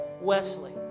Wesley